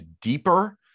deeper